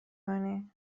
کنی